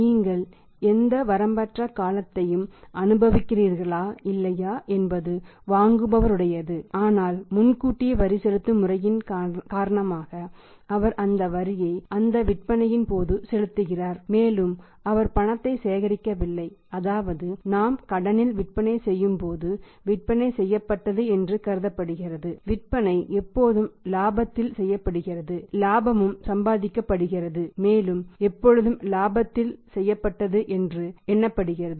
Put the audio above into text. நீங்கள் எந்த வரம்பற்ற காலத்தையும் அனுபவிக்கிறீர்களா இல்லையா என்பது வாங்குபவருடையது ஆனால் முன்கூட்டியே வரி செலுத்தும் முறையின் காரணமாக அவர் அந்த வரியை அந்த விற்பனையின் போது செலுத்துகிறார் மேலும் அவர் பணத்தை சேகரிக்கவில்லை அதாவது நாம் கடனில் விற்பனை செய்யும் போது விற்பனை செய்யப்பட்டது என்று கருதப்படுகிறது விற்பனை எப்போதும் லாபத்தில் செய்யப்படுகிறது இலாபமும் சம்பாதிக்கப்படுகிறது மேலும் எப்பொழுதும் இலாபத்தில் செய்யப்பட்டது என்று எண்ணப்படுகிறது